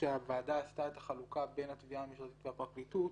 כשהוועדה עשתה את החלוקה בין התביעה המשטרתית לפרקליטות,